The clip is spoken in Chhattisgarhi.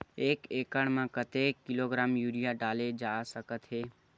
एक एकड़ म कतेक किलोग्राम यूरिया डाले जा सकत हे?